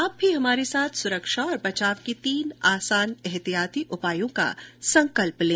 आप भी हमारे साथ सुरक्षा और बचाव के तीन आसान एहतियाती उपायों का संकल्प लें